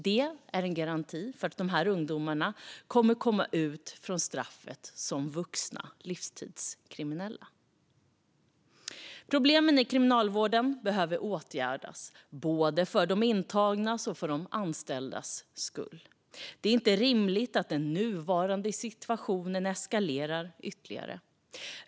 Det är en garanti för att de här ungdomarna kommer att komma ut från straffet som vuxna livstidskriminella. Problemen i kriminalvården behöver åtgärdas både för de intagnas och för de anställdas skull. Det är inte rimligt att den nuvarande situationen eskalerar ytterligare.